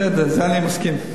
בסדר, זה אני מסכים.